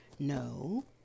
No